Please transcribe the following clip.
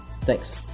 Thanks